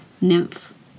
nymph